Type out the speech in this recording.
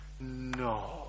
No